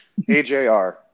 AJR